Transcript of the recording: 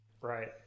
Right